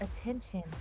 Attention